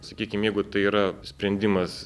sakykim jeigu tai yra sprendimas